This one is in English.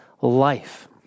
life